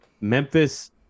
Memphis